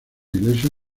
iglesia